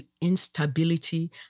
instability